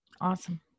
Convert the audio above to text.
Awesome